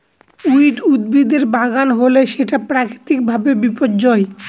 weed উদ্ভিদের বাগানে হলে সেটা প্রাকৃতিক ভাবে বিপর্যয়